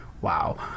Wow